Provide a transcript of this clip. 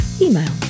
email